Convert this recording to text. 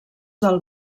del